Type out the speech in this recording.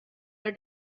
are